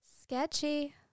Sketchy